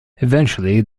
eventually